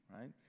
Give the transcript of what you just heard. right